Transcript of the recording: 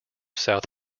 south